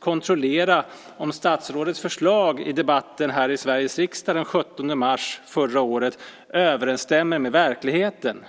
kontrollera om statsrådets förslag i debatten här i Sveriges riksdag den 17 mars förra året överensstämmer med verkligheten.